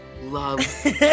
love